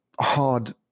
hard